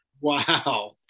wow